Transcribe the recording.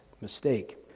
mistake